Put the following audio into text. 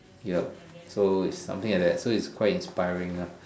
yup so is something like that so is quite inspiring lah